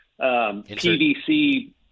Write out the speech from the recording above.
PVC